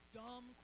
dumb